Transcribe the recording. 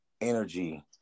energy